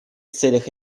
целях